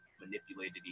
manipulated